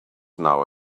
now